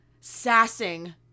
sassing